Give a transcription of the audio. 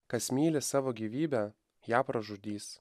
kas myli savo gyvybę ją pražudys